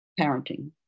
parenting